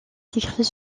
décrit